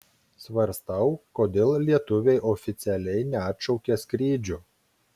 svarstau kodėl lietuviai oficialiai neatšaukia skrydžių